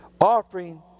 offering